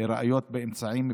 ראיות באמצעים פסולים,